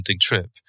trip